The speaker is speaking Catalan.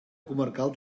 comarcal